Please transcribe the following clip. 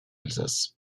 alsace